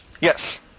Yes